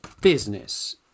business